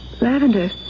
Lavender